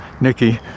Nikki